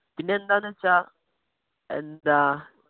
പിന്നെ എന്താണെന്ന് വെച്ചാൽ എന്താ